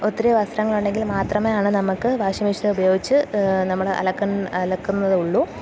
ഒത്തിരി വസ്ത്രങ്ങളുണ്ടെങ്കിൽ മാത്രമാണ് നമുക്ക് വാഷിംഗ് മെഷീൻ ഉപയോഗിച്ച് നമ്മള് അലക്കുന്നതുള്ളൂ